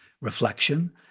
reflection